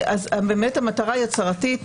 אז באמת המטרה הצהרתית.